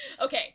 Okay